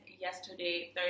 yesterday